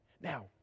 Now